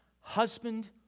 husband